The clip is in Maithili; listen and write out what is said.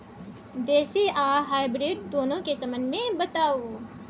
देसी आ हाइब्रिड दुनू के संबंध मे बताऊ?